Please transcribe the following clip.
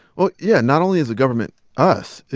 well, yeah, not only is the government us,